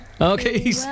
Okay